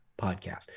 podcast